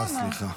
אה, סליחה.